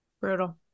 Brutal